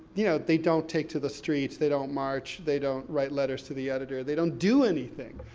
you know, they don't take to the streets, they don't march, they don't write letters to the editor. they don't do anything,